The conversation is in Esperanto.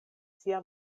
sia